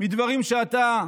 מדברים שאתה,